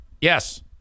Yes